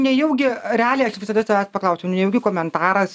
nejaugi realiai aš visada savęs paklausiu nejaugi komentaras